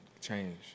Change